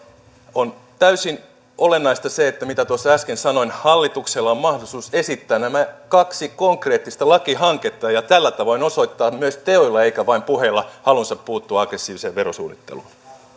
on täysin olennaista se mitä tuossa äsken sanoin että hallituksella on mahdollisuus esittää nämä kaksi konkreettista lakihanketta ja tällä tavoin osoittaa myös teoilla eikä vain puheilla halunsa puuttua aggressiiviseen verosuunnitteluun